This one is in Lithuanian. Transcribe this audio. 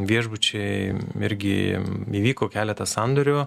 viešbučiai irgi įvyko keletas sandorių